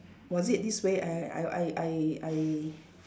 was it this way I I I I I